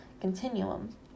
continuum